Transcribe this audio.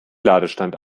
ladestand